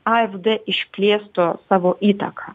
a ef d išplėstų savo įtaką